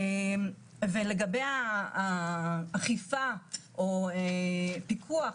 לגבי אכיפה או פיקוח,